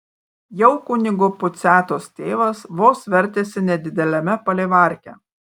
jau kunigo puciatos tėvas vos vertėsi nedideliame palivarke